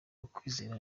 ukwizera